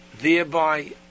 thereby